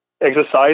exercise